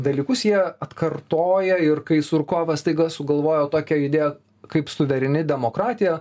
dalykus jie atkartoja ir kai surkovas staiga sugalvojo tokią idėją kaip suvereni demokratija